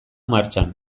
martxan